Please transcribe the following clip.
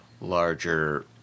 larger